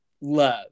love